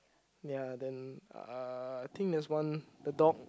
ya then uh I think there's one the dog